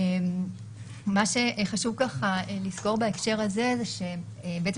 מה שחשוב לזכור בהקשר הזה הוא שיש בעצם